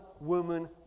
woman